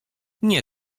nie